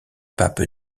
papes